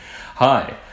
Hi